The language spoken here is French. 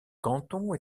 canton